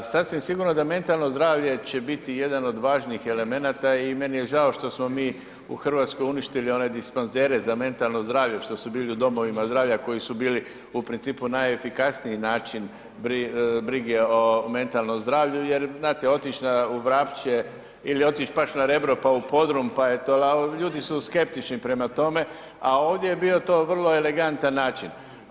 Sasvim sigurno da mentalno zdravlje će bit jedan od važnih elemenata i meni je žao što smo mi u Hrvatskoj uništili one dispanzere za mentalno zdravlje što su bili u domovima zdravlja koji su bili u principu najefikasniji način brige o mentalnom zdravlju, jer znate otić u Vrapče ili otić baš na Rebro pa u podrum, pa je to, ali ljudi su skeptični prema tome, a ovdje je bio to vrlo elegantan način.